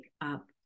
up